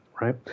right